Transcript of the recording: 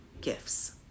gifts